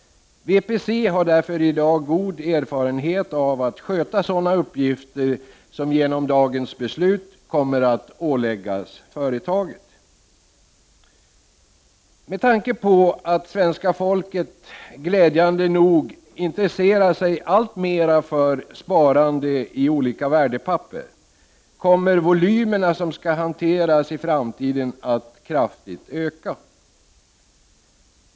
VPC har därför i dag god erfarenhet av att sköta sådana uppgifter som genom dagens beslut kommer att åläggas företaget. Med tanke på att svenska folket, glädjande nog, intresserar sig alltmera för sparande i olika värdepapper kommer volymerna som skall hanteras i framtiden att öka kraftigt.